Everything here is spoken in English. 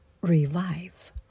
revive